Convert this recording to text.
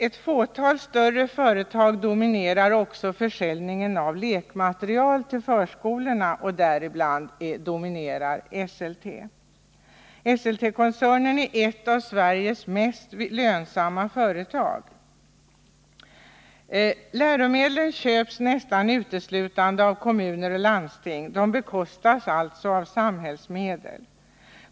Ett fåtal större företag dominerar också försäljningen av lekmaterial till förskolorna, och däribland finns Esselte. Esseltekoncernen är ett av Sveriges mest lönsamma företag. Läromedlen köps nästan uteslutande av kommuner och landsting. De bekostas alltså av samhällsmedel.